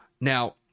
Now